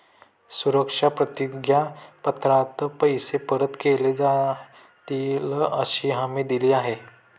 सुरक्षा प्रतिज्ञा पत्रात पैसे परत केले जातीलअशी हमी दिली आहे